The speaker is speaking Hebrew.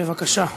בבקשה.